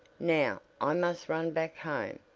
now i must run back home.